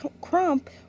Crump